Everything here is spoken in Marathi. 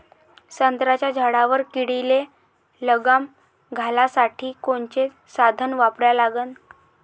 संत्र्याच्या झाडावर किडीले लगाम घालासाठी कोनचे साधनं वापरा लागन?